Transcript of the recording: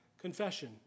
confession